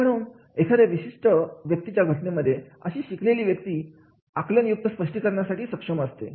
तर म्हणून एखाद्या विशिष्ट व्यक्तीच्या घटनेमध्ये अशी शिकलेली व्यक्ती आकलन युक्त स्पष्टीकरणासाठी सक्षम असते